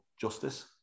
justice